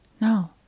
No